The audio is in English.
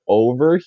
over